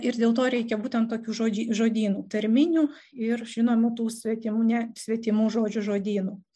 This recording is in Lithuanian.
ir dėl to reikia būtent tokių žodžių žodynų tarminių ir žinoma tų svetine svetimų žodžių žodynų